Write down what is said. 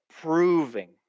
proving